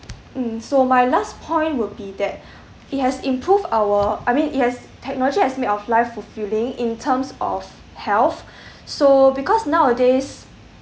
mm so my last point would be that it has improved our I mean it has technology has made our life fulfilling in terms of health so because nowadays